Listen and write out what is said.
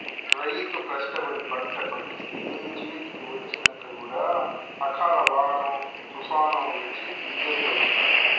రైతు కష్టపడి పంట పండిస్తే చేతికి వచ్చినంక కూడా అకాల వానో తుఫానొ వచ్చి గింజలు తడుస్తాయ్